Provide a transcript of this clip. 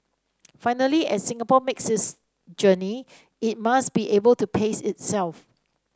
finally as Singapore makes this journey it must be able to pace itself